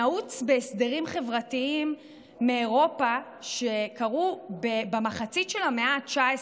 נעוץ בהסדרים חברתיים מאירופה מאמצע המאה ה-19.